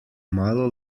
malo